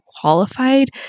qualified